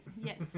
Yes